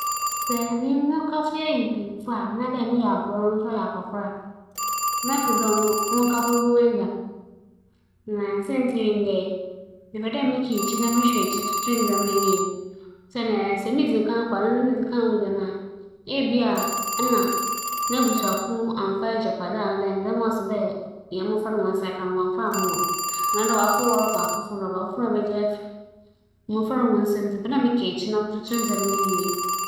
Minyin a, mebɛpɛ dɛ mo dͻfo bowu anaa emi m'ewu osiandɛ, musuro dɛ mebɛdan mo dͻfo no egya a obosu ahaahaa na mbom emi dze sɛ owu gya me a, minyim mbrɛ mobotum m'ayɛ. Memmpɛ dɛ mebɛhyɛ no yaw pii osian mo wu ntsi na emi dze owu gya me a, mohu m'akwan na mesi nketse dze atweͻn moso mo wu.